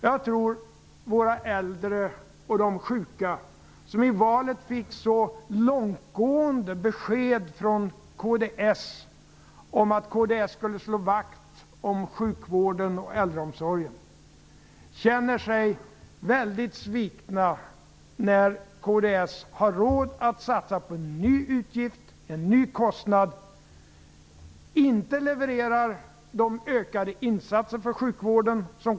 Jag tror att våra äldre och sjuka, som i valet fick så långtgående besked från kds, känner sig mycket svikna när kds anser sig ha råd att satsa på en ny utgift, en ny kostnad men inte levererar de ökade insatser för sjukvården som kds utlovat.